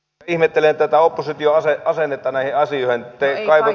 ihmettelen tätä opposition asennetta näihin asioihin